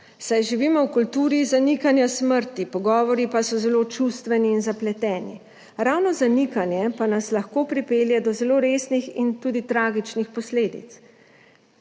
saj živimo v kulturi zanikanja smrti, pogovori pa so zelo čustveni in zapleteni. Ravno zanikanje pa nas lahko pripelje do zelo resnih in tudi tragičnih posledic.